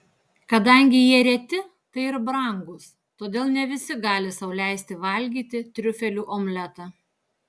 kadangi jie reti tai ir brangūs todėl ne visi gali sau leisti valgyti triufelių omletą